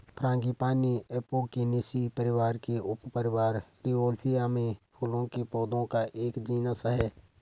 frangipani Apocynaceae परिवार के उपपरिवार रौवोल्फिया में फूलों के पौधों का एक जीनस है